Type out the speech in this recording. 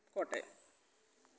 Kottayam